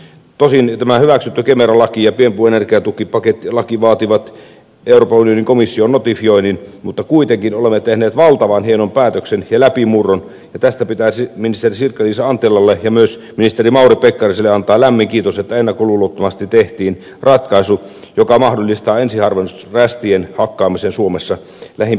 tosin tämä hyväksytty kemera laki ja pienpuun energiatukipakettilaki vaativat euroopan unionin komission notifioinnin mutta kuitenkin olemme tehneet valtavan hienon päätöksen ja läpimurron ja tästä pitäisi ministeri sirkka liisa anttilalle ja myös ministeri mauri pekkariselle antaa lämmin kiitos että ennakkoluulottomasti tehtiin ratkaisu joka mahdollistaa ensiharvennusrästien hakkaamisen suomessa lähimpien vuosien aikana